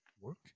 work